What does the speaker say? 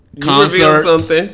Concerts